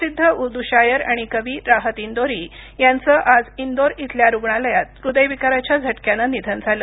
प्रसिद्ध ऊर्दू शायर आणि कवी राहत इंदौरी यांचं आज इंदोर इथल्या रुग्णालयात हृदयविकाराच्या झटक्यानं निधन झालं